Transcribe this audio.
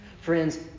friends